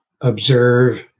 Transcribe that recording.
Observe